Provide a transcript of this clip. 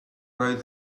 oedd